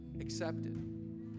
accepted